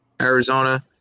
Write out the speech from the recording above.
Arizona